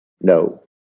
No